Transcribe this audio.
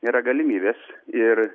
nėra galimybės ir